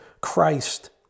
Christ